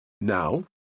Now